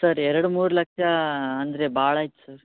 sir ಎರಡು ಮೂರು ಲಕ್ಷ ಅಂದರೆ ಭಾಳ್ ಆಯ್ತು ಸರ್